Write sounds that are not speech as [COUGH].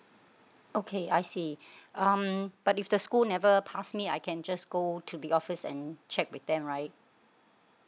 okay I see [BREATH] um but if the school never pass me I can just go to the office and check with them right